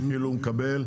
שהוא מקבל,